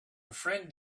friend